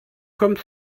comme